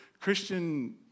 Christian